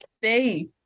Stay